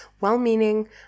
well-meaning